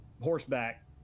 horseback